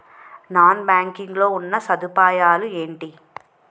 Non banking లో ఉన్నా సదుపాయాలు ఎంటి?